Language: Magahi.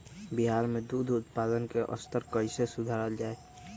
बिहार में दूध उत्पादन के स्तर कइसे सुधारल जाय